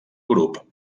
grup